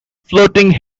floating